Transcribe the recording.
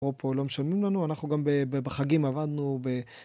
או פה לא משלמים לנו אנחנו גם בחגים עבדנו ב..